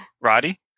Roddy